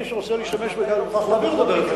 מי שרוצה להשתמש בזה, מוכרח להעביר אותו,